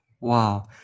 Wow